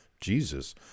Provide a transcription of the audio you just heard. Jesus